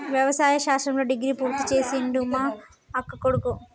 వ్యవసాయ శాస్త్రంలో డిగ్రీ పూర్తి చేసిండు మా అక్కకొడుకు